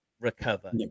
recover